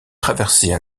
traverser